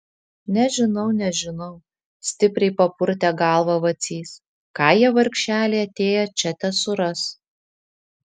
nežinau nežinau stipriai papurtė galvą vacys ką jie vargšeliai atėję čia tesuras